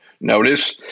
Notice